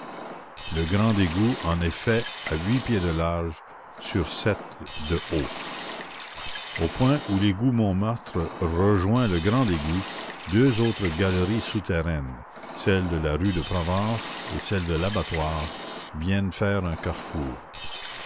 le grand égout en effet a huit pieds de large sur sept de haut au point où l'égout montmartre rejoint le grand égout deux autres galeries souterraines celle de la rue de provence et celle de l'abattoir viennent faire un carrefour